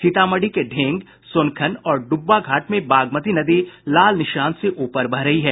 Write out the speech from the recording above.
सीतामढ़ी के ढेंग सोनखन और डुब्बा घाट में बागमती नदी लाल निशान से ऊपर बह रही है